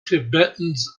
tibetans